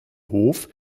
hof